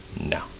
No